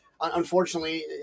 unfortunately